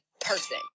person